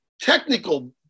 technical